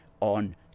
on